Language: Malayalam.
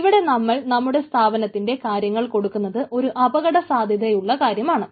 ഇവിടെ നമ്മൾ നമ്മുടെ സ്ഥാപനത്തിന്റെ കാര്യങ്ങൾ കൊടുക്കുന്നത് ഒരു അപകട സാധ്യതയുള്ള കാര്യമാണ്